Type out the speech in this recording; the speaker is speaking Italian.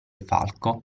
falco